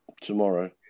tomorrow